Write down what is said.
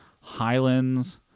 Highlands